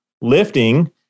lifting